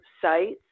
sites